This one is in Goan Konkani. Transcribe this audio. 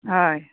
हय